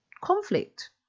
conflict